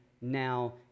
now